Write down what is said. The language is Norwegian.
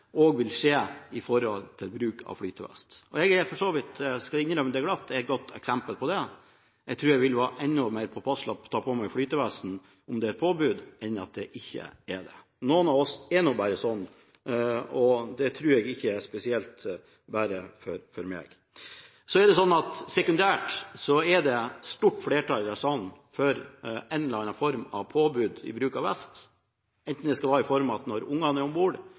i dag at mange tviler på det. Jeg skal glatt innrømme at jeg er et godt eksempel her – jeg tror jeg vil være enda mer påpasselig med å ta på meg flytevesten om det er et påbud, enn om det ikke er det. Noen av oss er nå bare sånn, og jeg tror ikke det gjelder bare meg. Sekundært er det stort flertall i denne salen for en eller annen form for påbud om bruk av vest, enten det skal gjelde bare når unger er om bord, eller også når det ikke er unger om bord.